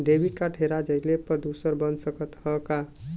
Debit card हेरा जइले पर दूसर बन सकत ह का?